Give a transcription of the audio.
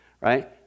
right